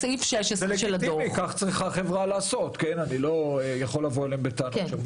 זה לגיטימי, אני לא יכול לבוא אליהם בטענות על כך.